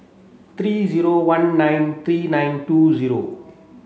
three zero one nine three nine two zero